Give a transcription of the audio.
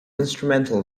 instrumental